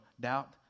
doubt